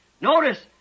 Notice